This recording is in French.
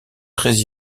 très